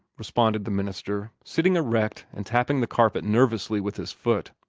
responded the minister, sitting erect and tapping the carpet nervously with his foot.